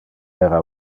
era